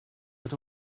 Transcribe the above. but